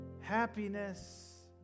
happiness